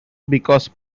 because